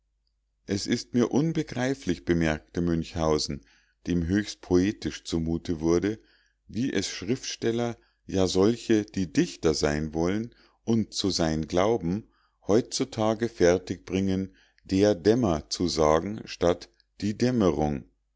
es ist mir unbegreiflich bemerkte münchhausen dem höchst poetisch zumute wurde wie es schriftsteller ja solche die dichter sein wollen und zu sein glauben heutzutage fertig bringen der dämmer zu sagen statt die dämmerung